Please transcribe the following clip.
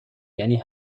یعنی